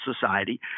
society